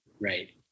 Right